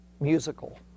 musical